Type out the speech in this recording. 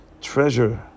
treasure